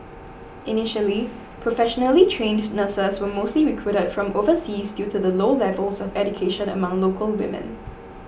initially professionally trained nurses were mostly recruited from overseas due to the low levels of education among local women